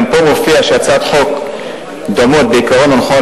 גם פה מופיע שהצעות חוק דומות בעיקרון הונחו על